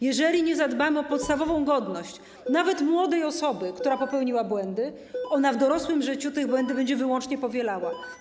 Jeżeli nie zadbamy o podstawową godność, nawet młodej osoby, która popełniła błędy, ona w dorosłym życiu te błędy będzie wyłącznie powielała.